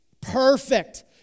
Perfect